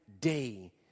day